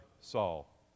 Saul